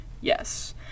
yes